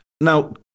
Now